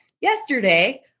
yesterday